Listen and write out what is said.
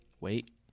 Wait